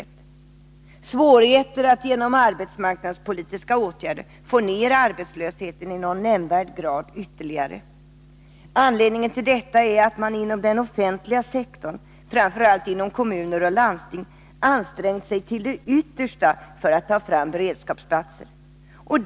Det kommer att bli svårigheter att genom arbetsmarknadspolitiska åtgärder få ner arbetslösheten i någon nämnvärd grad. Anledningen till detta är att man inom den offentliga sektorn, framför allt inom kommuner och landsting, ansträngt sig till det yttersta för att ta fram beredskapsplatser.